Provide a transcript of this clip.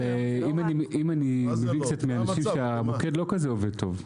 אם אני מבין קצת מאנשים, המוקד לא עובד כל כך טוב.